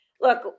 Look